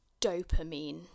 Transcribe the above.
dopamine